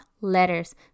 letters